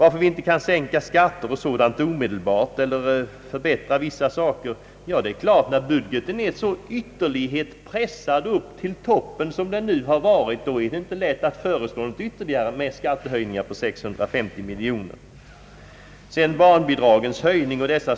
Att vi inte kan sänka skatterna omedelbart eller göra andra förbättringar är klart — när budgeten har blivit så pressad upp till toppen som den varit, med skattehöjningar på 650 miljoner, då är det inte lätt att föreslå eller genomföra något ytterligare. När det gäller barnbidragens höjning etc.